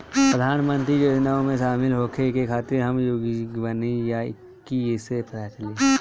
प्रधान मंत्री योजनओं में शामिल होखे के खातिर हम योग्य बानी ई कईसे पता चली?